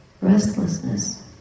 restlessness